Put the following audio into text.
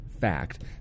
fact